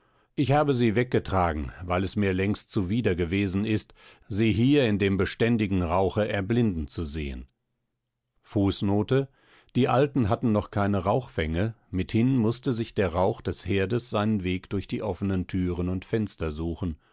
ich habe sie weggetragen weil es mir längst zuwider gewesen ist sie hier in dem beständigen rauche die alten hatten noch keine rauchfänge mithin mußte sich der rauch des herdes seinen weg durch die offenen thüren und fenster suchen